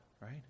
right